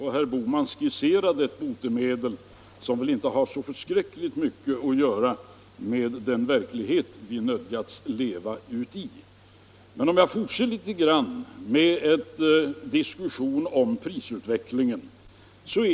Herr Bohman skisserade ett botemedel som inte har så mycket att göra med den verklighet vi nödgas leva i. Men låt mig fortsätta diskussionen om prisutvecklingen!